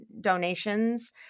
donations